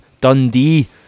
Dundee